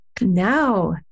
now